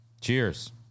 Cheers